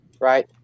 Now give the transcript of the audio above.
right